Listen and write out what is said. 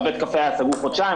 בית הקפה היה סגור חודשיים,